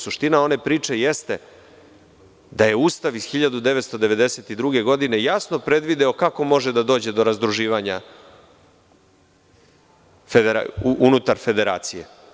Suština one priče jeste da je Ustav iz 1992. godine jasno predvideo kako može da dođe do razdruživanja unutar federacije.